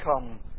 come